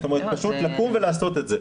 זאת אומרת פשוט לקום ולעשות את זה.